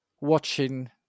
watching